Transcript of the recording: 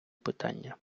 питання